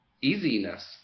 easiness